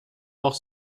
noch